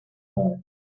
dark